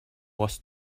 was